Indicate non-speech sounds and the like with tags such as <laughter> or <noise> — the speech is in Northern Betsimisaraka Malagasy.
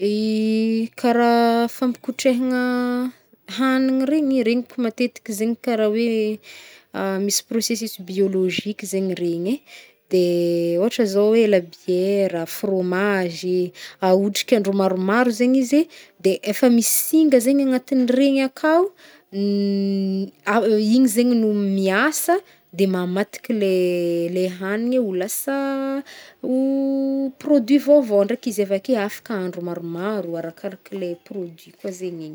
<hesitation> Karaha <hesitation> famkotrehina <hesitation> hagnigny regny, regny ko matetik zegny karaha hoe <hesitation> misy processus biologique zegny regny e. <hesitation> Ôhatra zao e, labiera, frômazy. Ahotrika andro maromaro zegny izy e, de efa misy singa zegny anatin'iregny akao, m- ai- igny zegny no miasa de mamadiky leh- le hagnign ho lasa <hesitation> ho- produit vaovao ndraiky izy avake afaka andro maromaro arakaraka le produit koa zegny e.